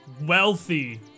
wealthy